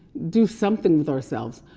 do something with ourselves.